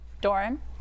Doran